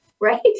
right